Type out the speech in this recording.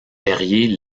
perrier